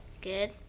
Good